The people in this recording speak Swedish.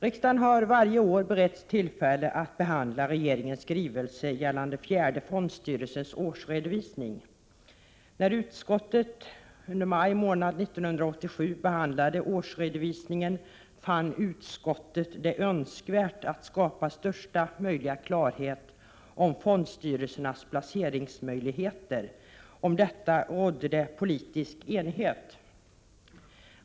Riksdagen har varje år beretts tillfälle att behandla regeringens skrivelse gällande fjärde fondstyrelsens årsredovisning. När utskottet i maj månad 1987 behandlade årsredovisningen fann utskottet det önskvärt att skapa största möjliga klarhet om fondstyrelsernas placeringsmöjligheter. Om detta uttalande rådde politisk enighet.